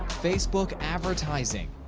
facebook advertising,